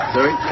Sorry